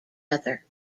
other